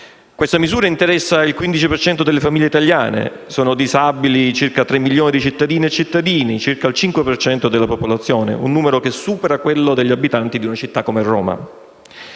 Questa misura interessa il 15 per cento delle famiglie italiane. Sono disabili circa 3 milioni di cittadine e di cittadini, circa il 5 per cento della popolazione, un numero che supera quello degli abitanti di una città come Roma.